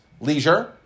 leisure